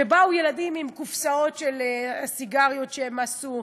ובאו ילדים עם קופסאות של סיגריות שהם עשו,